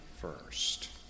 first